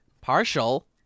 Partial